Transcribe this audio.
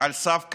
על סף קריסה.